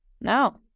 No